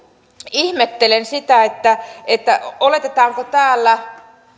ihmettelen sitä että että oletetaanko täällä